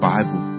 Bible